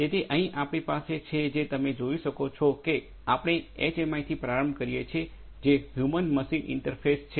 તેથી અહીં આપણી પાસે છે જે તમે જોઈ શકો છો કે આપણે એચએમઆઈથી પ્રારંભ કરીએ છીએ જે હ્યુમન મશીન ઇંટરફેસ છે